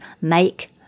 Make